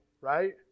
right